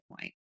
point